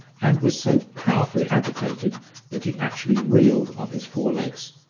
and was so powerfully agitated that he actually reeled on his four legs,